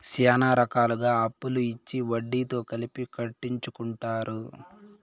శ్యానా రకాలుగా అప్పులు ఇచ్చి వడ్డీతో కలిపి కట్టించుకుంటారు